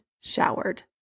showered